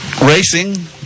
racing